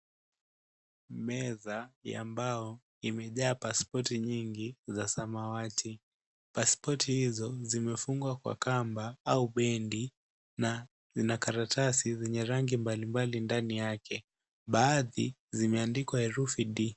Meza ya mbao imejaa paspoti nyingi za samawati. Paspoti hizo zimefungwa kwa kamba au bendi na ina karatasi zenye rangi mbalimbali ndani yake, baadhi zimeandikwa herufi D.